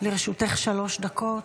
לרשותך שלוש דקות.